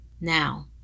Now